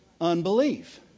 Unbelief